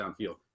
downfield